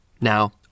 Now